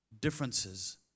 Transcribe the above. differences